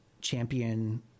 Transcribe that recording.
champion